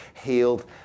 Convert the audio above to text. healed